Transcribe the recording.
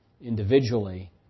individually